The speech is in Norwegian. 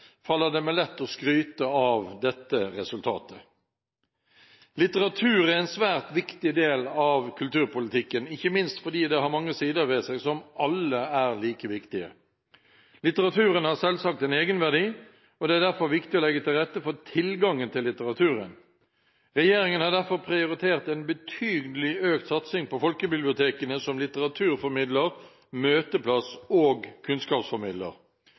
faller det meg lett å skryte av dette resultatet. Litteratur er en svært viktig del av kulturen, ikke minst fordi den har mange sider ved seg som alle er like viktige. Litteraturen har selvsagt en egenverdi, og det er derfor viktig å legge til rette for tilgangen til litteraturen. Regjeringen har derfor prioritert en betydelig økt satsing på folkebibliotekene som litteraturformidler, møteplass og kunnskapsformidler,